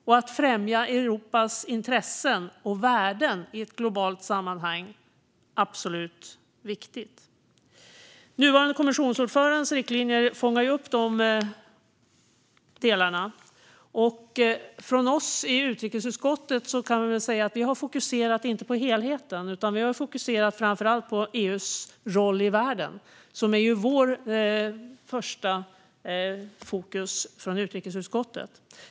Och att främja Europas intressen och värden i ett globalt sammanhang är absolut viktigt. Den nuvarande kommissionsordförandens riktlinjer fångar upp de delarna. Vi i utrikesutskottet kan väl säga att vi inte har fokuserat på helheten, utan vi har fokuserat på framför allt EU:s roll i världen. Det är vårt första fokus från utrikesutskottet.